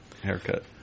haircut